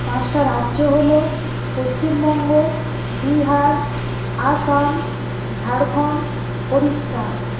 পাঁচটা রাজ্য হল পশ্চিমবঙ্গ বিহার আসাম ঝাড়খন্ড ওড়িশা